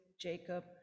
Jacob